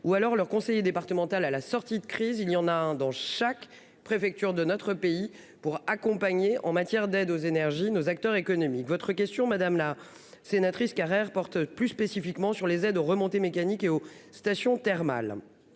ou alors leur conseiller départemental à la sortie de crise il y en a un dans chaque préfecture de notre pays pour accompagner en matière d'aide aux énergies nos acteurs économiques votre question madame la sénatrice Carrère porte plus spécifiquement sur les aides aux remontées mécaniques et aux stations thermales.